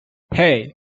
hey